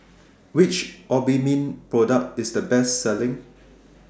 Which Obimin Product IS The Best Selling